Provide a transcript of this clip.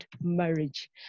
marriage